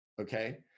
okay